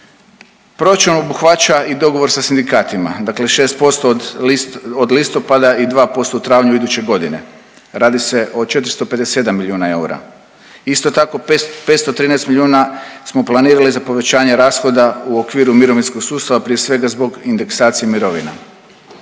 Proračun obuhvaća i dogovor sa sindikatima, dakle 6% od listopada i 2% u travnju iduće godine, radi se o 457 milijuna eura, isto tako 513 milijuna smo planirali za povećanje rashoda u okviru mirovinskog sustava, prije svega zbog indeksacije mirovina.